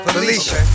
Felicia